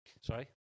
Sorry